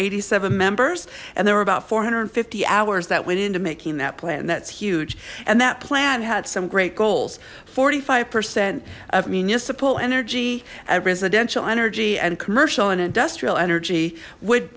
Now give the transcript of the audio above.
eighty seven members and there were about four hundred and fifty hours that went into making that plan that's huge and that plan had some great goals forty five percent of municipal energy at residential energy and commercial and industrial energy would